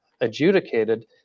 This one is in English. adjudicated